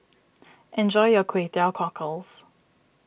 enjoy your Kway Teow Cockles